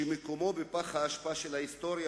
שמקומו בפח האשפה של ההיסטוריה,